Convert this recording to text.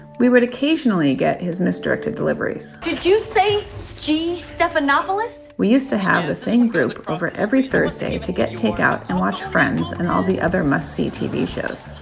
we would occasionally get his misdirected deliveries did you say g. stephanopoulos? we used to have the same group over every thursday to get takeout and watch friends and all the other must see tv shows.